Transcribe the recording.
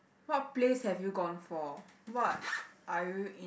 what place have you gone for what are you in~